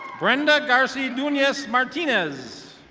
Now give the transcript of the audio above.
brenda garcydoonyas martinez.